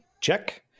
check